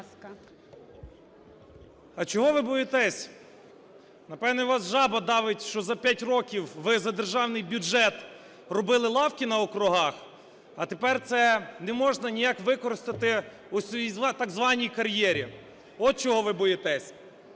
А чого ви боїтеся? Напевно, вас жаба давить, що за 5 років ви за державний бюджет робили лавки на округах, а тепер це не можна ніяк використати у так званій кар'єрі, от чого ви боїтеся.